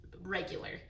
regular